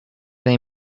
they